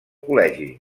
col·legi